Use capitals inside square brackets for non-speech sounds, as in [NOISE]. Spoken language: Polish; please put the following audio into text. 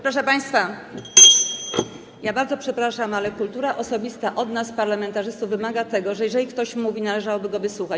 Proszę państwa, [NOISE] ja bardzo przepraszam, ale kultura osobista od nas, parlamentarzystów, wymaga tego, że jeżeli ktoś mówi, to należałoby go wysłuchać.